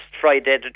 Friday